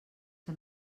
que